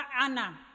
Anna